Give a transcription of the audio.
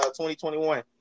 2021